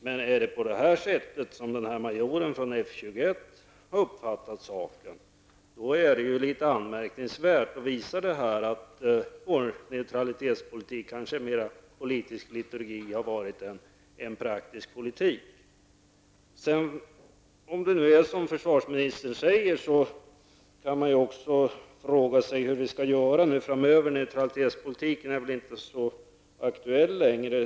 Men är det på det sätt som den intervjuade majoren från F 21 har uppfattat, det är det anmärkningsvärt. Det visar då att vår neutralitetspolitik kanske har varit mer politisk liturgi än praktisk politik. Om det nu är som försvarsministern säger kan man också fråga sig hur vi skall göra framöver. Neutralitetspolitiken är väl inte så aktuell längre.